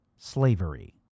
Slavery